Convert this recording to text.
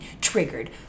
triggered